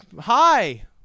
hi